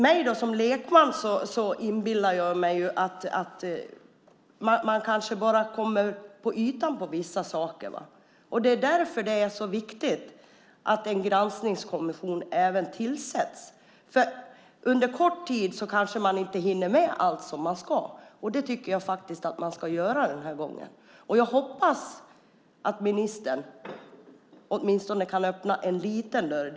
Jag som lekman inbillar mig att man kanske bara kommer till ytan på vissa saker. Det är därför det är så viktigt att en granskningskommission tillsätts. Under kort tid kanske man inte hinner med allt som man ska, och det tycker jag att man ska göra den här gången. Jag hoppas att ministern åtminstone kan öppna en liten dörr.